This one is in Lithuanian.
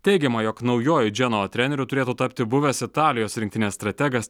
teigiama jog naujuoju dženua treneriu turėtų tapti buvęs italijos rinktinės strategas